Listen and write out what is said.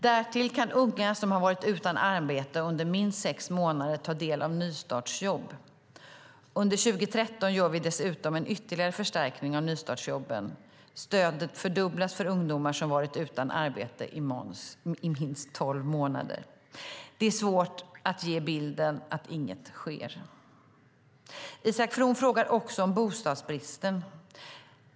Därtill kan unga som har varit utan arbete under minst sex månader ta del av nystartsjobb. Under 2013 gör vi dessutom en ytterligare förstärkning av nystartsjobben. Stödet fördubblas för ungdomar som varit utan arbete i minst tolv månader. Det är svårt att ge bilden av att inget sker. Isak From frågar också om bostadsbristen.